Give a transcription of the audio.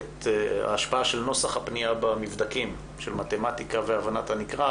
ההשפעה של נוסח הפנייה במבדקים של מתמטיקה והבנת הנקרא.